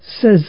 says